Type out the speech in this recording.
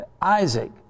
Isaac